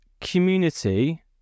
community